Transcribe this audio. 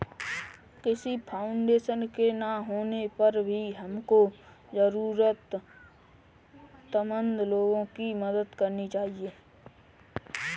किसी फाउंडेशन के ना होने पर भी हमको जरूरतमंद लोगो की मदद करनी चाहिए